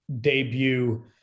debut –